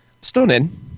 Stunning